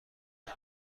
شما